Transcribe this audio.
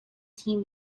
team